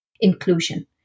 inclusion